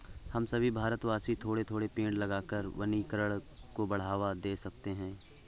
हम सभी भारतवासी थोड़े थोड़े पेड़ लगाकर वनीकरण को बढ़ावा दे सकते हैं